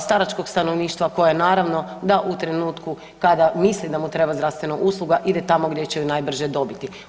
staračkog stanovništva koje naravno da u trenutku kada misli da mu treba zdravstvena usluga ide tamo gdje će ju najbrže dobiti.